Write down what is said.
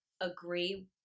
agree